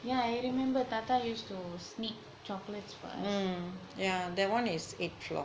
yeah I remember tata used to sneak chocolates for us